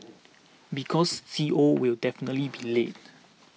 because C O will definitely be late